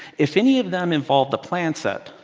if any of them involve the plan set,